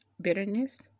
bitterness